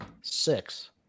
Six